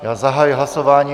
Já zahajuji hlasování.